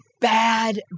bad